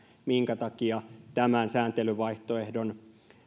minkä takia tämän sääntelyvaihtoehdon